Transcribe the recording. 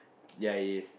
ya he is